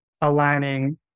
aligning